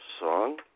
song